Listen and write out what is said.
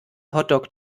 hotdog